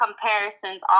comparisons